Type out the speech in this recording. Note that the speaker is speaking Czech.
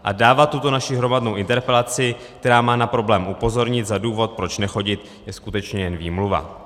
A dávat tuto naši hromadnou interpelaci, která má na problém upozornit, za důvod, proč nechodit, je skutečně jen výmluva.